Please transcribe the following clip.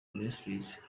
ministries